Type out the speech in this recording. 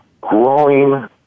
growing